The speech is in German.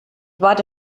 warte